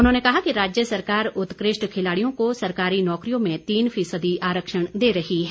उन्होंने कहा कि राज्य सरकार उत्कृष्ट खिलाड़ियों को सरकारी नौकरियों में तीन फीसदी आरक्षण दे रही है